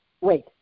wait